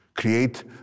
create